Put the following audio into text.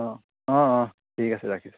অঁ অঁ অঁ ঠিক আছে ৰাখিছোঁ